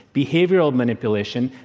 behavioral manipulation,